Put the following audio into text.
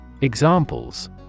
Examples